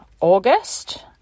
August